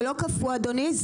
זה לא קפוא אדוני,